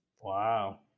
Wow